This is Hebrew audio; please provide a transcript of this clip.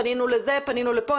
פנינו לזה פנינו לפה,